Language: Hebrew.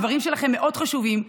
הדברים שלכם מאוד חשובים,